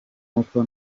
uko